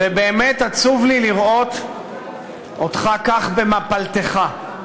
ובאמת עצוב לי לראות אותך כך במפלתך.